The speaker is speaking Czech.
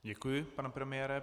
Děkuji, pane premiére.